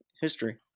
history